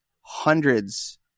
hundreds